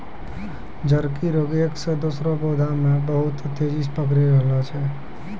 झड़की रोग एक से दुसरो पौधा मे बहुत तेजी से पकड़ी रहलो छै